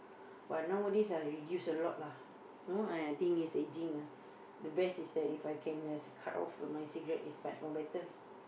but nowadays I reduce a lot lah you know I think is aging ah the best is if I can cut off my cigarettes is much more better